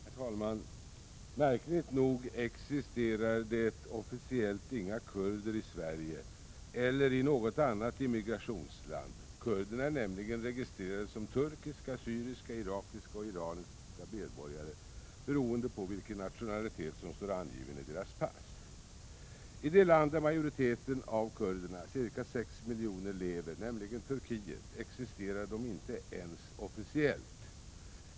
Herr talman! Märkligt nog existerar det officiellt inga kurder i Sverige eller i något annat immigrationsland. Kurderna är nämligen registrerade som turkiska, syriska, irakiska eller iranska medborgare beroende på vilken nationalitet som står angiven i deras pass. I det land där majoriteten av kurderna — ca 6 miljoner — lever, nämligen Turkiet, existerar de inte ens officiellt.